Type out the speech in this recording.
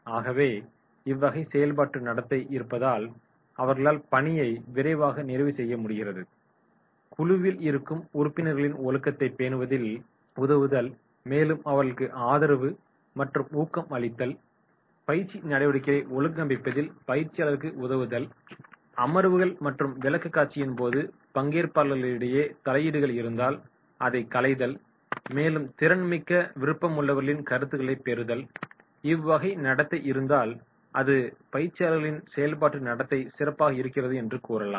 ஆகவே இவ்வகை செயல்பாட்டு நடத்தை இருப்பதால் அவர்களால் பணியை விரைவாக நிறைவுசெய்ய முடிகிறது குழுவில் இருக்கும் உறுப்பினர்களின் ஒழுக்கத்தை பேணுவதில் உதவுதல் மேலும் அவர்களுக்கு ஆதரவு மற்றும் ஊக்கம் அளித்தல் பயிற்சி நடவடிக்கைகளை ஒழுங்கமைப்பதில் பயிற்சியாளர்களுக்கு உதவுதல் அமர்வுகள் மற்றும் விளக்கக்காட்சியின் போது பங்கேற்பாளர்களிடைய தலையீடுகள் இருந்தால் அதை களைதல் மேலும் திறன்மிக்க விருப்பமுள்ளவர்களின் கருத்துக்களை பெறுதல் இவ்வைகை நடத்தை இருந்தால் அது பயிற்சியாளர்களின் செயல்பாட்டு நடத்தை சிறப்பாக இருக்கிறது என்று கூறலாம்